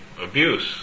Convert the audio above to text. abuse